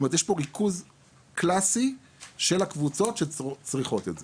יש פה ריכוז קלאסי של הקבוצות שצריכות את זה.